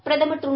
பிரதமர் திரு